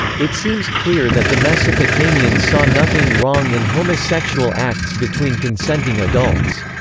it seems clear that the mesopotamians saw nothing wrong in homosexual acts between consenting adults.